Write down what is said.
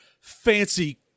fancy